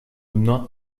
not